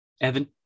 Evan